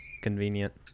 convenient